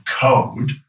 code